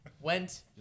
went